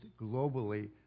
globally